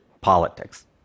politics